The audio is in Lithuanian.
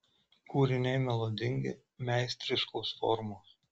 kūriniai melodingi meistriškos formos